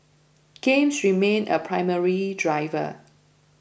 games remain a primary driver